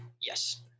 Yes